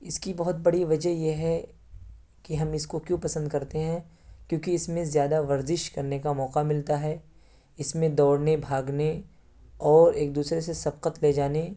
اس کی بہت بڑی وجہ یہ ہے کہ ہم اس کو کیوں پسند کرتے ہیں کیونکہ اس میں زیادہ ورجش کرنے کا موقع ملتا ہے اس میں دورنے بھاگنے اور ایک دوسرے سے شبقت لے جانے